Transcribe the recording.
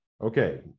Okay